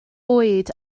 oed